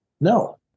No